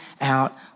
out